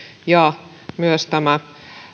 ja myös tämä